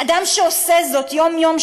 אדם שעושה זאת יום-יום,